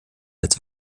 als